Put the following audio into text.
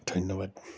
ধন্যবাদ